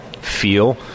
feel